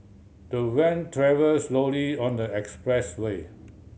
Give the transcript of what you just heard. the van travelled slowly on the expressway